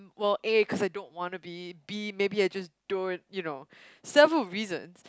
well A because I don't wanna be B maybe I just don't you know several reasons